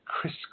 Chris